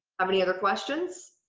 many other questions.